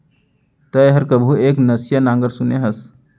तैंहर कभू एक नसिया नांगर सुने रहें?